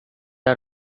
are